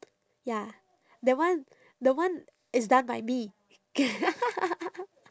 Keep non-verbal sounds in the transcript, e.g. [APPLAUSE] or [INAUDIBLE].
ya that one the one is done by me [LAUGHS]